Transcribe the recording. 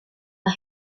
but